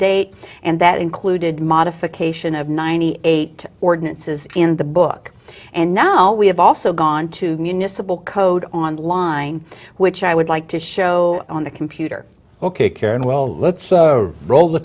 date and that included modification of ninety eight ordinances in the boy book and now we have also gone to municipal code online which i would like to show on the computer ok karen well look you roll the